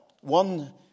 one